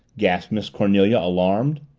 gasped miss cornelia, alarmed.